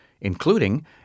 including